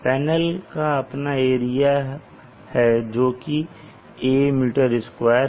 panel का अपना area है जो की A m2 है